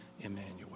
Emmanuel